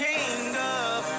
Kingdom